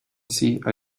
see